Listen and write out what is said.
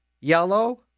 yellow